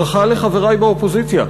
ברכה לחברי באופוזיציה.